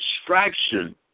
distraction